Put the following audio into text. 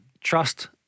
trust